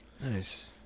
nice